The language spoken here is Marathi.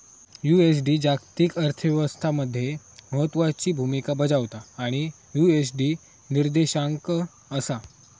यु.एस.डी जागतिक अर्थ व्यवस्था मध्ये महत्त्वाची भूमिका बजावता आणि यु.एस.डी निर्देशांक असा